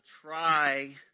try